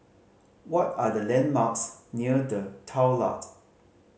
what are the landmarks near The